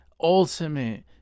Ultimate